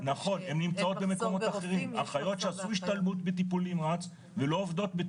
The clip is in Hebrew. שאין מחסור ברופאים ויש מחסור באחיות.